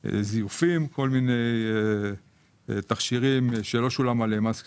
זיופים, תכשירים שלא שולם עליהם מס קנייה,